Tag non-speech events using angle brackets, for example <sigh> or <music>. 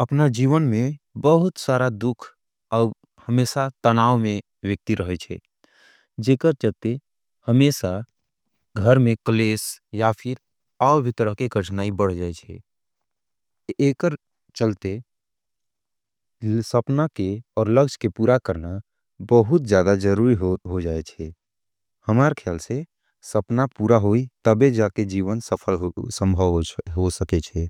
अपना जीवन में बहुत सारा दुख और हमेसा तनाव में वेकती रहे है। जिकर चलते, हमेसा घर में कलेश या फिर आओ भी तरह के कश्णाई बढ़ जायेंचे। एकर चलते, सपना के और लक्ष के पुरा करना बहुत जादा जरूरी हो जायेचे। हमारे ख्याल से, सपना पुरा होई तबे जाके जीवन सफल <hesitation> संभाव हो सकेचे।